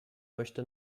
möchte